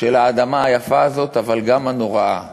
של האדמה היפה הזאת, אבל גם הנוראה?